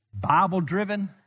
Bible-driven